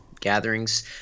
gatherings